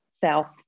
South